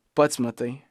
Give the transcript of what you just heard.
pats matai